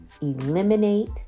eliminate